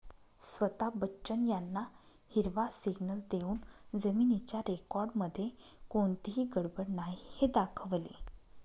स्वता बच्चन यांना हिरवा सिग्नल देऊन जमिनीच्या रेकॉर्डमध्ये कोणतीही गडबड नाही हे दाखवले